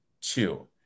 Two